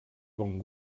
bon